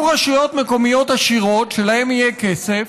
יהיו רשויות עשירות, שלהן יהיו כסף,